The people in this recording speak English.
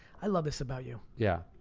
i love this about you. yeah,